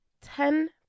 Ten